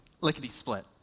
lickety-split